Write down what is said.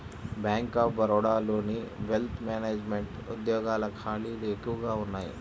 bank of బరోడాలోని wealth management ఉద్యోగాల ఖాళీలు ఎక్కువగా ఉన్నయ్యి